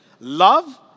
Love